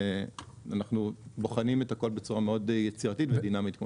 ואנחנו בוחנים את הכול בצורה מאוד יצירתית ודינמית.